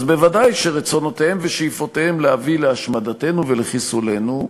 אז ודאי שרצונותיהם ושאיפותיהם להביא להשמדתנו ולחיסולנו,